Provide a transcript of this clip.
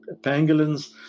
Pangolins